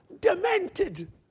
demented